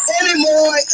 anymore